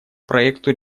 проекту